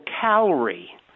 calorie